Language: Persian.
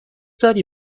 داری